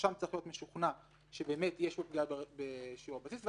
הרשם צריך להיות משוכנע שיש פה פגיעה בשיעור הבסיס.